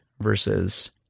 versus